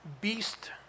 Beast